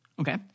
Okay